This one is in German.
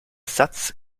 satz